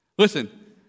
Listen